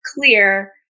clear